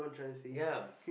ya